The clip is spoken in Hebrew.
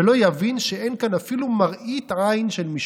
ולא יבין שאין כאן אפילו מראית עין של משפט.